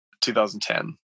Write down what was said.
2010